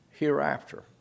Hereafter